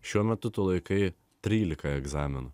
šiuo metu tu laikai trylika egzaminų